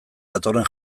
datorren